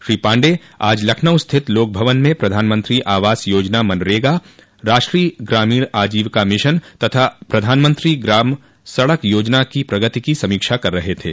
श्री पाण्डेय आज लखन्क स्थित लोकभवन में प्रधानमंत्री आवास योजना मनरेगा राष्ट्रीय ग्रामीण आजीविका मिशन तथा प्रधानमंत्री ग्राम सड़क योजना की प्रगति की समीक्षा कर रहे थे